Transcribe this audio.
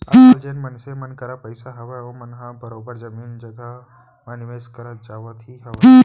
आजकल जेन मनसे मन करा पइसा हावय ओमन ह बरोबर जमीन जघा म निवेस करत जावत ही हावय